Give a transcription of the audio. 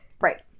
Right